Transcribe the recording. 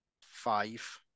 Five